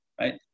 Right